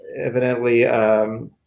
evidently